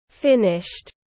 Finished